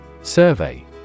Survey